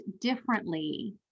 differently